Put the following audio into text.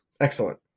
Excellent